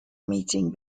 meeting